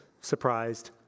surprised